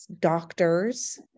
doctors